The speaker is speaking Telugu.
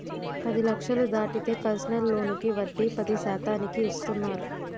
పది లక్షలు దాటితే పర్సనల్ లోనుకి వడ్డీ పది శాతానికి ఇస్తున్నారు